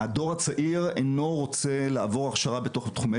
הדור הצעיר אינו רוצה לעבור הכשרה בתוך תחומי